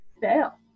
fail